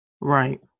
right